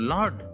Lord